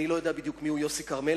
אני לא יודע בדיוק מיהו יוסי כרמל,